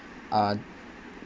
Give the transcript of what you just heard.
uh